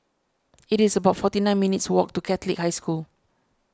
it is about forty nine minutes' walk to Catholic High School